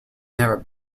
never